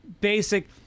basic